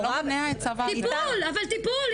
אבל טיפול.